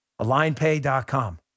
AlignPay.com